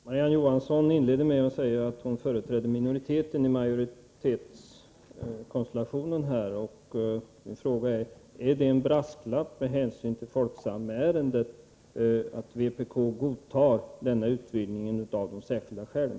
Fru talman! Marie-Ann Johansson inledde med att säga att hon företrädde minoriteten i majoritetskonstellationen, och min fråga är: Är det en brasklapp med hänsyn till Folksamärendet att vpk godtar denna utvidgning av de särskilda skälen?